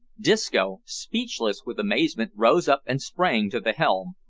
disco, speechless with amazement, rose up and sprang to the helm.